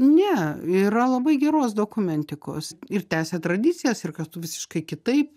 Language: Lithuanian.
ne yra labai geros dokumentikos ir tęsia tradicijas ir kartu visiškai kitaip